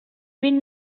vint